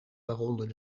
waaronder